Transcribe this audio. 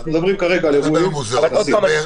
אנחנו מדברים כרגע על אירועי תרבות וכנסים,